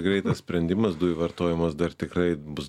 greitas sprendimas dujų vartojimas dar tikrai bus